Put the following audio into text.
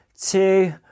two